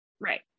Right